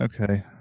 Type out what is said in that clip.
Okay